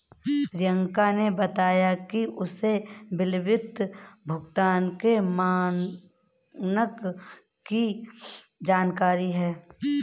प्रियंका ने बताया कि उसे विलंबित भुगतान के मानक की जानकारी है